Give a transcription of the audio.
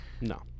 No